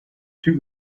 two